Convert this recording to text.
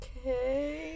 Okay